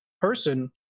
person